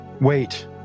Wait